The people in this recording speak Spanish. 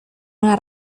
una